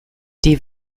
die